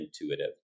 intuitive